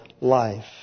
life